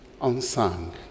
unsung